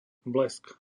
blesk